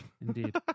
indeed